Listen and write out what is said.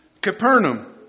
Capernaum